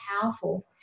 powerful